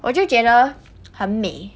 我就觉得很美